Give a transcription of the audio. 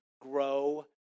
Grow